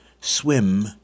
swim